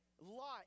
Lot